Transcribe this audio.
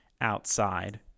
outside